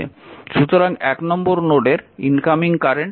সুতরাং 1 নম্বর নোডের ইনকামিং কারেন্ট 4 অ্যাম্পিয়ার